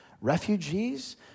refugees